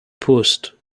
post